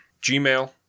Gmail